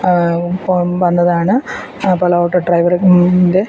പോം വന്നതാണ് അപ്പം ഓട്ടോ ഡ്രൈവറ് ൻ്റെ